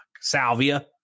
Salvia